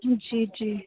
जी जी